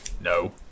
No